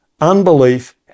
unbelief